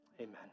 Amen